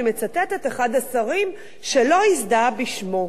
אני מצטטת את אחד השרים שלא הזדהה בשמו.